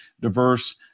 diverse